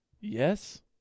Yes